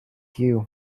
you